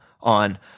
on